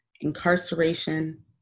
Incarceration